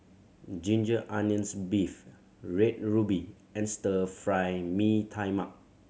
ginger onions beef Red Ruby and Stir Fry Mee Tai Mak